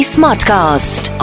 Smartcast